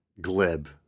glib